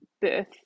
birth